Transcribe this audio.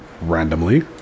randomly